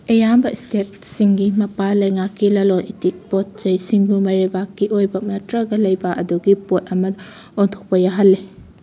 ꯑꯌꯥꯝꯕ ꯏꯁꯇꯦꯠꯁꯤꯡꯒꯤ ꯃꯄꯥꯜ ꯂꯩꯉꯥꯛꯀꯤ ꯂꯂꯣꯟ ꯏꯇꯤꯛ ꯄꯣꯠ ꯆꯩꯁꯤꯡꯕꯨ ꯃꯔꯩꯕꯥꯛꯀꯤ ꯑꯣꯏꯕ ꯅꯠꯇ꯭ꯔꯒ ꯂꯩꯕꯥꯛ ꯑꯗꯨꯒꯤ ꯄꯣꯠ ꯑꯃꯗ ꯑꯣꯟꯊꯣꯛꯄ ꯌꯥꯍꯜꯂꯤ